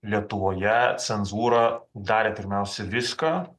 lietuvoje cenzūra darė pirmiausia viską